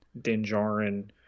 dinjarin